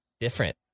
different